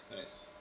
I see